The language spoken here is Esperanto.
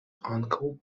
ankaŭ